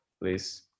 please